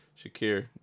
Shakir